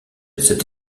cette